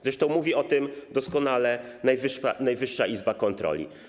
Zresztą mówi o tym doskonale Najwyższa Izba Kontroli.